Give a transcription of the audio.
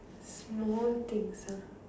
small things ah